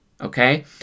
Okay